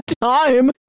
time